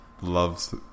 loves